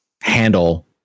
Handle